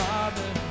Father